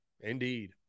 Indeed